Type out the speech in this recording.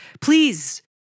please